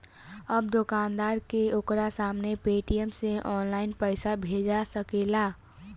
अब दोकानदार के ओकरा सामने पेटीएम से ऑनलाइन पइसा भेजा सकेला